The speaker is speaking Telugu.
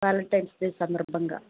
వాలెంటైన్స్ డే సందర్భంగా